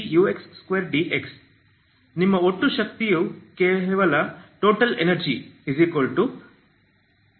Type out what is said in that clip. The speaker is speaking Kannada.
ET20ux2dx ನಿಮ್ಮ ಒಟ್ಟು ಶಕ್ತಿಯು ಕೇವಲ Total energy T